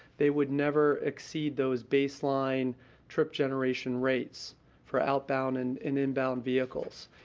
they would never exceed those baseline trip generation rates for outbound and and inbound vehicles.